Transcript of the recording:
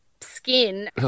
skin